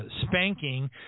spanking